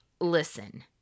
listen